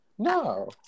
No